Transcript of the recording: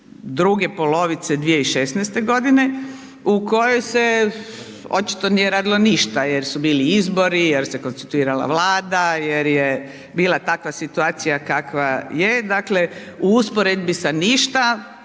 druge polovice 2016.g. u kojoj se očito nije radilo ništa jer su bili izbori, jer se konstituirala Vlada, jer je bila takva situacija kakva je, dakle, u usporedbi sa ništa,